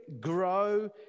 grow